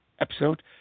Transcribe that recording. episode